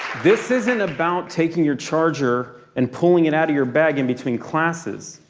this isn't about taking your charger and pulling it out of your bag in between classes.